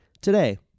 today